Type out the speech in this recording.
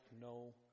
no